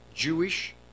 Jewish